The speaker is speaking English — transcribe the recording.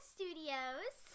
Studios